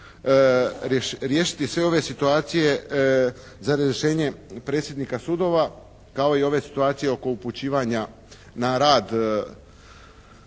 riješiti sve ove situacije za razrješenje predsjednika sudova, kao i ove situacije oko upućivanja na rad